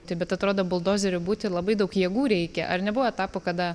tai bet atrodo buldozeriu būti labai daug jėgų reikia ar nebuvo etapų kada